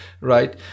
Right